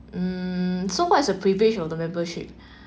mm so what's the privilege of the membership